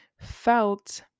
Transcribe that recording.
felt